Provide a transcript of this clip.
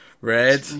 red